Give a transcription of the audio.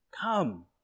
Come